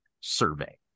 survey